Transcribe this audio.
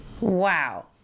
Wow